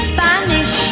Spanish